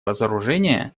разоружения